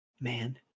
man